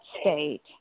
state